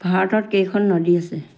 ভাৰতত কেইখন নদী আছে